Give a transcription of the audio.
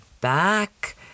back